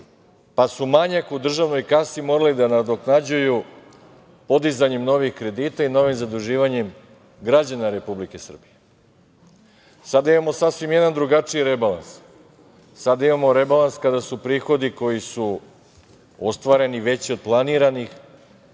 pa su manjak u državnoj kasi morali da nadoknađuju podizanjem novih kredita i novim zaduživanjem građana Republike Srbije. Sada imamo jedan sasvim drugačiji rebalans, sada imamo rebalans kada su prihodi koji su ostvareni veći od planiranih